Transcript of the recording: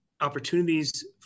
opportunities